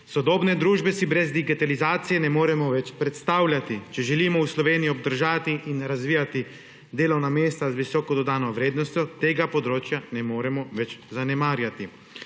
Sodobne družbe si brez digitalizacije ne moremo več predstavljati. Če želimo v Sloveniji obdržati in razvijati delovna mesta z visoko dodano vrednostjo, tega področja ne moremo več zanemarjati.